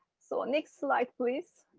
so next slide, please.